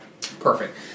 Perfect